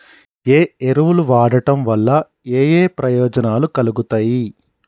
ఏ ఎరువులు వాడటం వల్ల ఏయే ప్రయోజనాలు కలుగుతయి?